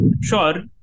sure